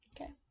Okay